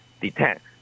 detect